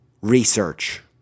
research